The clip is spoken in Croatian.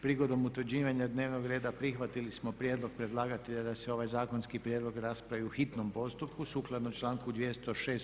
Prigodom utvrđivanja dnevnog reda prihvatili smo prijedlog predlagatelja da se ovaj zakonski prijedlog raspravi u hitnom postupku sukladno članku 206.